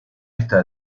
está